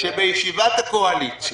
שבישיבת הקואליציה